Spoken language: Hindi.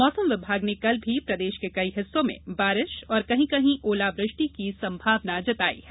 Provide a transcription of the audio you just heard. मौसम विभाग ने कल भी प्रदेश के कई हिस्सों में बारिश और कहीं कहीं ओलावृष्टि की संभावना जताई है